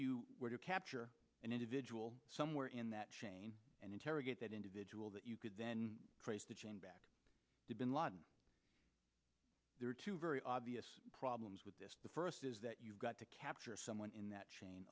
you were to capture an individual somewhere in that chain and interrogate that individual that you could then trace the chain back to bin laden there are two very obvious problems with this the first is that you've got to capture someone in that chain